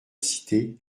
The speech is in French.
cité